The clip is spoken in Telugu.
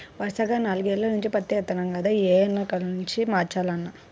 వరసగా నాల్గేల్ల నుంచి పత్తే యేత్తన్నాం గదా, యీ ఏడన్నా కాలు మార్చాలన్నా